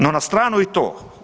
No na stranu i to.